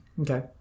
Okay